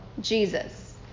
Jesus